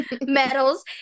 medals